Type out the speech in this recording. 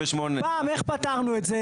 פעם איך פתרנו את זה?